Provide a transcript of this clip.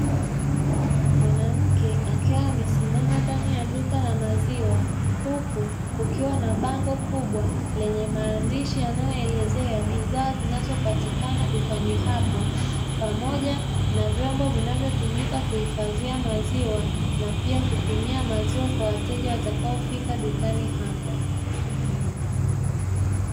Mwanamke akiwa amesimama ndani ya duka la maziwa, huku kukiwa na bango kubwa lenye maandishi yanayoelezea bidhaa zinazopatikana dukani hapo pamoja na vyombo vinavyotumika kuhifadhia maziwa na pia kupimia maziwa kwa wateja watakaofika dukani hapo.